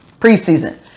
Preseason